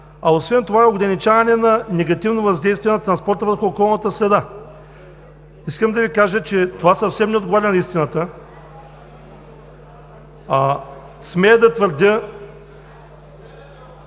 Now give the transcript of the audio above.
а освен това и ограничаване на негативното въздействие на транспорта върху околната среда. Искам да Ви кажа, че това съвсем не отговаря на истината, а смея да твърдя,